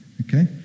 Okay